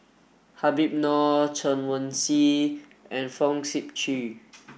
Habib Noh Chen Wen Hsi and Fong Sip Chee